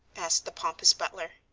asked the pompous butler.